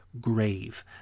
grave